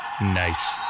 nice